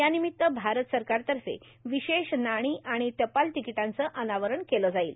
यानिमित्त भारत सरकारतर्फे विशेष नाणे आणि टपाल तिकिटाचे अनावरण केलं जाईल